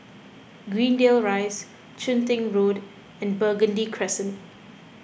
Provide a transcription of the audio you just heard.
Greendale Rise Chun Tin Road and Burgundy Crescent